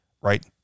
right